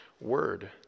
word